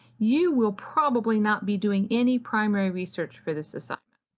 you will probably not be doing any primary research for this assignment.